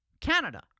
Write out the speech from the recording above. Canada